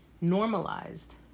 normalized